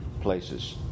places